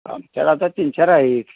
आमच्याकडे आता तीन चार आहेत